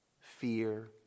fear